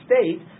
state